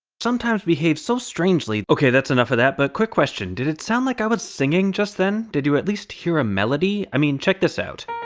sometimes behave so strangely. ok, that's enough of that, but quick question did it kinda sound like i was singing just then? did you at least hear a melody? i mean, check this out